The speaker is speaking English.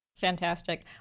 Fantastic